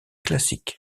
classique